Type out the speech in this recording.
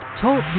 TALK